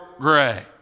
gray